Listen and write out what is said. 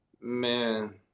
Man